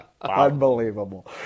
Unbelievable